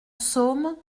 psaume